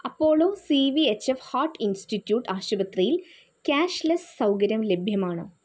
Apollo C V H F heart institute ആശുപത്രിയിൽ cashless സൗകര്യം ലഭ്യമാണോ